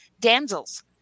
damsels